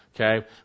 Okay